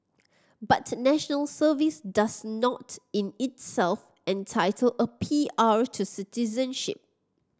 but National Service does not in itself entitle a P R to citizenship